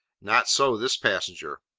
not so this passenger.